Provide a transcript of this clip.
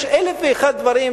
יש אלף-ואחד דברים,